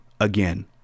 again